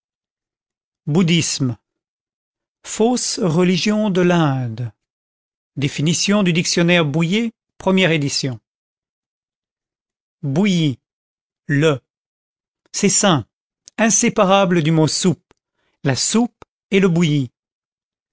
bouddhisme fausse religion de l'inde définition du dictionnaire bouillir première édition bouilli le c'est sain inséparable du mot soupe la soupe et le bouilli